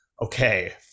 okay